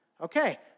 Okay